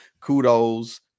kudos